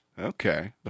Okay